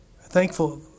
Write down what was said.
Thankful